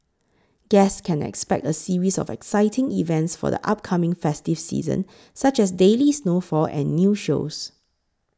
guests can expect a series of exciting events for the upcoming festive season such as daily snowfall and new shows